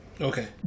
okay